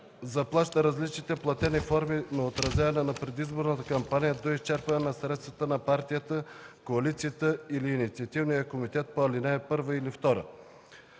заплаща различните платени форми на отразяване на предизборната кампания до изчерпване на средствата на партията, коалицията или инициативния комитет по ал. 1 или 2.